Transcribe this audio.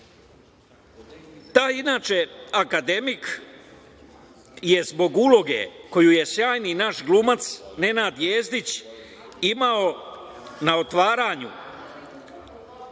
drugi? Taj akademik je zbog uloge koju je sjajni naš glumac Nenad Jezdić imao na otvaranju